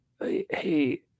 Hey